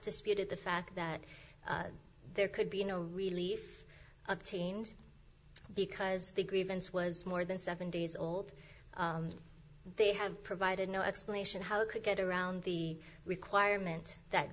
disputed the fact that there could be no relief obtained because the grievance was more than seven days old they have provided no explanation how it could get around the requirement that